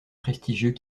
prestigieux